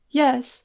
yes